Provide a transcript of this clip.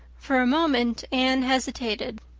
for a moment anne hesitated.